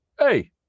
Hey